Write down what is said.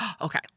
Okay